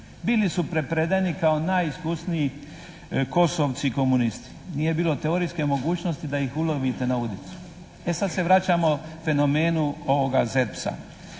Bili su prepredeni kao najiskusniji kosovci i komunisti. Nije bilo teorijske mogućnosti da ih ulovite na udicu. E sad se vraćamo fenomenu ovoga ZERP-a.